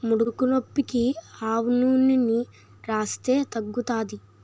ముడుకునొప్పికి ఆవనూనెని రాస్తే తగ్గుతాది